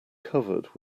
covered